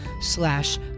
slash